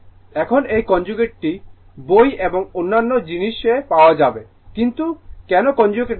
এখন এই কনজুগেটটি বই এবং অন্যান্য জিনিসে পাওয়া যাবে কিন্তু কেন কনজুগেট নেওয়া হয়